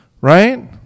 Right